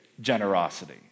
generosity